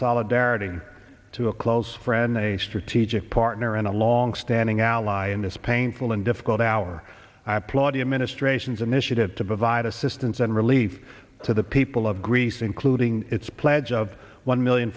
solidarity to a close friend a strategic partner and a longstanding ally in this painful and difficult hour i applaud the administration's initiative to provide assistance and relief to the people of greece including its pledge of one million